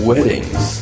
Weddings